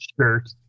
shirt